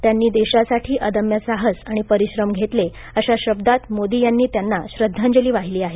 त्यांनी देशासाठी अदम्य साहस आणि परिश्रम घेतले अशा शब्दांत मोदी यांनी त्यांना श्रध्दांजली वाहिली आहे